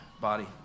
body